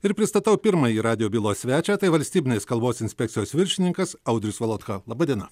ir pristatau pirmąjį radijo bylos svečią tai valstybinės kalbos inspekcijos viršininkas audrius valotka laba diena